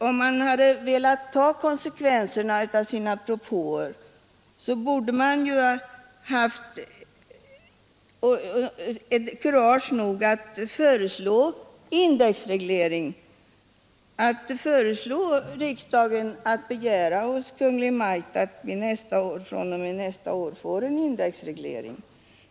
Om de hade velat ta konsekvenserna av sina propåer borde de ju ha haft kurage nog att föreslå riksdagen att hos Kungl. Maj:t begära att vi fr.o.m. nästa år får en indexreglering.